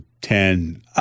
ten